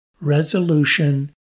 resolution